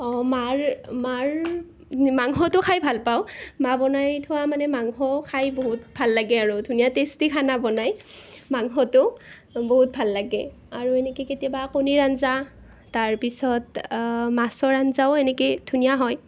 অঁ মাৰ মাৰ মাংসটো খাই ভাল পাওঁ মা বনাই থোৱা মানে মাংস খাই বহুত ভাল লাগে আৰু ধুনীয়া টেষ্টি খানা বনায় মাংসটো বহুত ভাল লাগে আৰু এনেকৈ কেতিয়াবা কণীৰ আঞ্জা তাৰপিছত মাছৰ আঞ্জাও এনেকৈ ধুনীয়া হয়